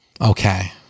Okay